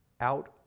out